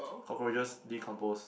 cockroaches decompose